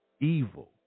evil